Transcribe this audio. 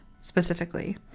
specifically